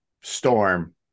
storm